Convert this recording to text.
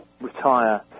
retire